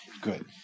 Good